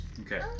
Okay